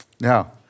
Now